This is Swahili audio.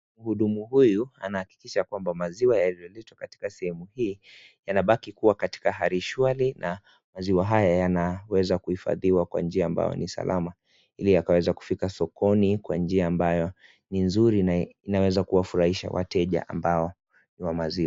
Mhudumu huyu anahakikishakwamba maziwa yaliyokuwa katika sehemu hii yanabaki kuwa katika hali shwari na maziwa haya yanaweza kuifadhiwa kwa njia ambao ni salama. Ili akaweza kufika sokoni kwa njia mbao ni nzuri na inaweza kuwafurahgisha wateia mbao ni wa maziwa.